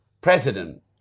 president